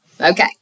Okay